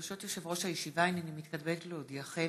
ברשות יושב-ראש הישיבה, הינני מתכבדת להודיעכם,